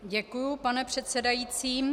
Děkuji, pane předsedající.